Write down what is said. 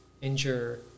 injure